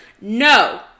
No